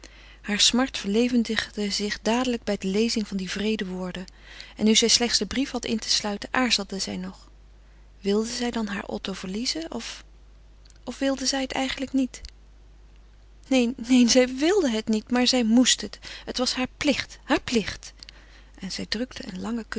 hare smart verlevendigde zich dadelijk bij de lezing dier wreede woorden en nu zij slechts den brief had in te sluiten aarzelde zij nog wilde zij dan haar otto verliezen of of wilde zij het eigenlijk niet neen neen zij wilde het niet maar zij moest het het was haar plicht haar plicht en zij drukte een langen